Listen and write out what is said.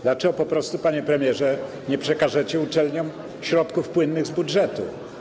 Dlaczego po prostu, panie premierze, nie przekażecie uczelniom środków płynnych z budżetu?